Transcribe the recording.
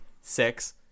Six